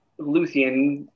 Luthien